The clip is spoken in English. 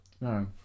no